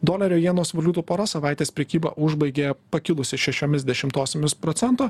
dolerio jenos valiutų pora savaitės prekybą užbaigė pakilusi šešiomis dešimtosiomis procento